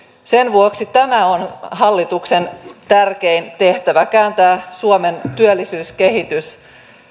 sen vuoksi tämä on hallituksen tärkein tehtävä kääntää suomen työllisyyskehitys